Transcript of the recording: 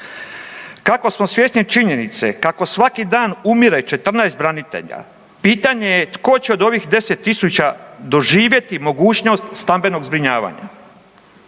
Kako smo svjesni činjenice kako svaki dan umire 14 branitelja pitanje je tko će od ovih 10 000 doživjeti mogućnost stambenog zbrinjavanja